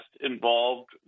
involved